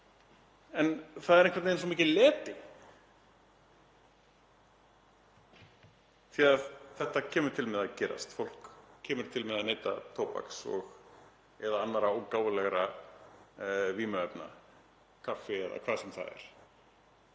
En það er einhvern veginn svo mikil leti því að þetta kemur til með að gerast. Fólk kemur til með að neyta tóbaks og/eða annarra og ógáfulegra vímuefna, kaffis eða hvað sem það er,